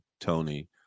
Tony